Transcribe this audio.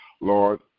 Lord